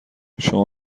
شما